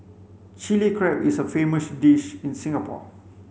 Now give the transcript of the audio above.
Chilli Crab is a famous dish in Singapore